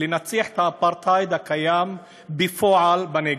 להנציח את האפרטהייד הקיים בפועל בנגב.